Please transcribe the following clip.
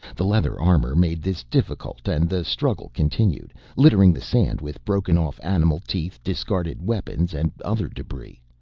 the leather armor made this difficult and the struggle continued, littering the sand with broken off animal teeth, discarded weapons and other debris.